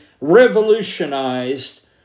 revolutionized